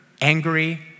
angry